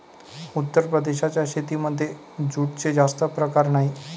उत्तर प्रदेशाच्या शेतीमध्ये जूटचे जास्त प्रकार नाही